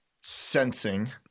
sensing